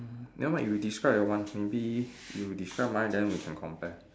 never mind you describe your one maybe you describe mine then we can compare